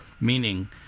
meaning